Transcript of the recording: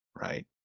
Right